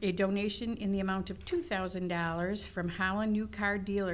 a donation in the amount of two thousand dollars from how a new car dealer